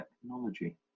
technology